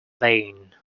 vain